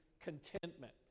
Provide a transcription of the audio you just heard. contentment